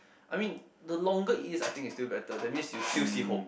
I mean the longer it is I think is still better that means you still see hope